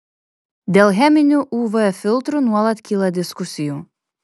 dėl cheminių uv filtrų nuolat kyla diskusijų